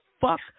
fuck